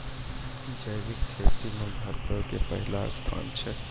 जैविक खेती मे भारतो के पहिला स्थान छै